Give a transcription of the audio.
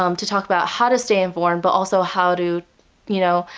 um to talk about how to stay informed but also how to you know,